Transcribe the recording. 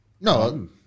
No